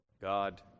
God